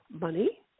money